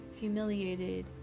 humiliated